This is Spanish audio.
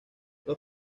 los